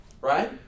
Right